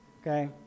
Okay